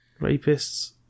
rapists